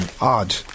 odd